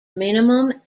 minimum